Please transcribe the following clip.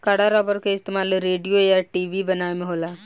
कड़ा रबड़ के इस्तमाल रेडिओ आ टी.वी बनावे में होला